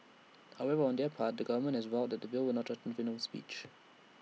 however on their part the government has vowed that the bill will not threaten freedom of speech